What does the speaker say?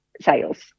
sales